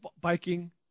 biking